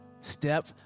step